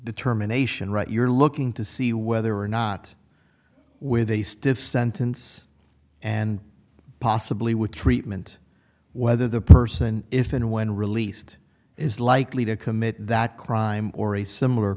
determination right you're looking to see whether or not with a stiff sentence and possibly with treatment whether the person if and when released is likely to commit that crime or a similar